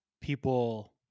people